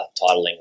titling